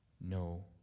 no